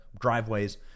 driveways